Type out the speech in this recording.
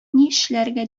нишләргә